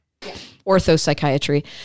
Orthopsychiatry